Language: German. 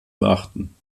beachten